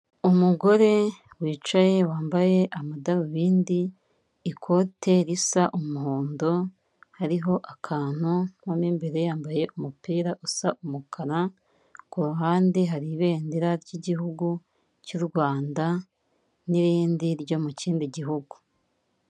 Umugore wicaye wambaye amadarubindi, ikote risa umuhondo, hariho akantu mo imbere yambaye umupira usa umukara, ku ruhande hari ibendera ry'igihugu cyu'u Rwanda n'irindi ryo mu kindi gihugu.